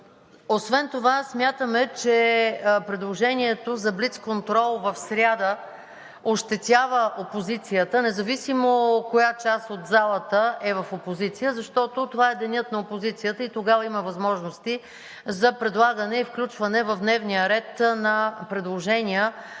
Освен това смятаме, че предложението за блицконтрол в сряда ощетява опозицията, независимо коя част от залата е в опозиция, защото това е денят на опозицията – тогава има възможности за предлагане и включване в дневния ред на предложения,